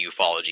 ufology